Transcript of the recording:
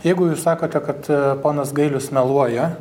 jeigu jūs sakote kad ponas gailius meluoja